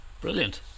brilliant